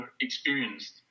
experienced